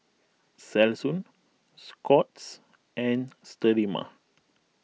Selsun Scott's and Sterimar